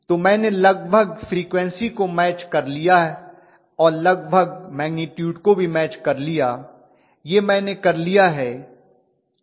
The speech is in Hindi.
तो मैंने लगभग फ्रीक्वन्सी को मैच कर लिया और लगभग मैग्निटूड को भी मैच कर लिया यह मैंने कर लिया है